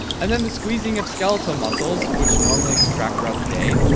and then the squeezing of skeletal muscles, which normally contract throughout the day,